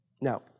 Now